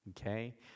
okay